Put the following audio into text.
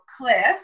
cliff